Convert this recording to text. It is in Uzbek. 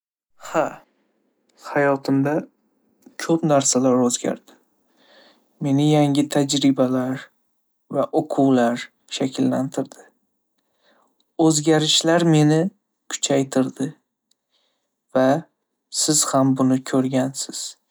Ha, hayotimda ko'p narsalar o'zgardi. Meni yangi tajribalar va o'quvlar shakllantirdi. O'zgarishlar meni kuchaytirdi, va siz ham buni ko'rgansiz.